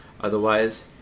Otherwise